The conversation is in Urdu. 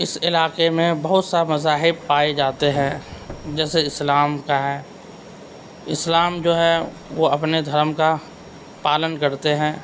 اس علاقہ میں بہت سا مذاہب پائے جاتے ہیں جیسے اسلام کا ہے اسلام جو ہے وہ اپنے دھرم کا پالن کرتے ہیں